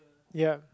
ya